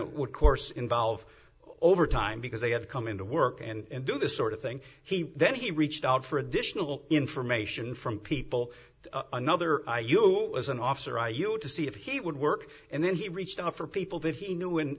it would course involve over time because they have come into work and do this sort of thing he then he reached out for additional information from people another was an officer i used to see if he would work and then he reached out for people that he knew in